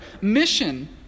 mission